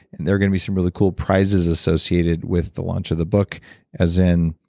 and there're going to be some really cool prizes associated with the launch of the book as in